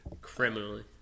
criminally